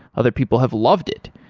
other people have loved it.